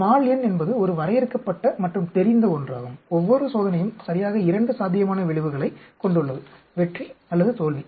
n என்பது ஒரு வரையறுக்கப்பட்ட மற்றும் தெரிந்த ஒன்றாகும் ஒவ்வொரு சோதனையும் சரியாக இரண்டு சாத்தியமான விளைவுகளைக் கொண்டுள்ளது வெற்றி அல்லது தோல்வி